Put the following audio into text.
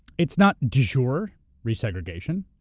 it's not de jure resegregation,